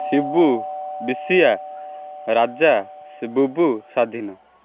ଶିବୁ ବିଶିଆ ରାଜା ଶିବୁବୁ ସ୍ୱାଧୀନ